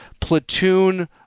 platoon